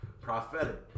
prophetic